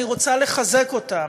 אני רוצה לחזק אותן,